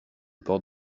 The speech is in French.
port